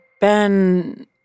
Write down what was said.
Ben